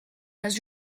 has